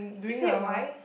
is that why